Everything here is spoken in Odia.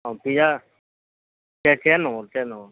ହଁ ପ୍ରିୟା ସେଟା କେନୁ କେନୁ